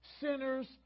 sinners